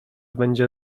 będzie